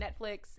Netflix